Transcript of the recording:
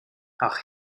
ach